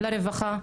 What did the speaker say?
לרווחה,